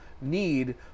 need